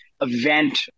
event